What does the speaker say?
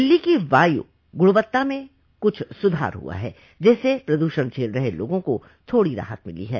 दिल्ली की वायु गुणवत्ता में कुछ सुधार हुआ है जिससे प्रदूषण झेल रहे लोगों को थोड़ी राहत मिली है